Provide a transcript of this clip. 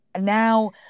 now